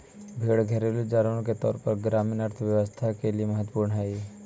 भेंड़ घरेलू जानवर के तौर पर ग्रामीण अर्थव्यवस्था के लिए महत्त्वपूर्ण हई